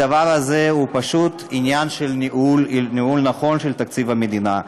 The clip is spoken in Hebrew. הדבר הזה הוא פשוט עניין של ניהול נכון של תקציב המדינה.